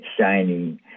shiny